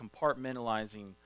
compartmentalizing